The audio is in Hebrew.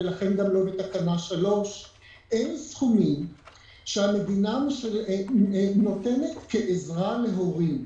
ולכן גם לא בתקנה 3. אין סכומים שהמדינה נותנת כעזרה להורים.